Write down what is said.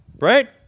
right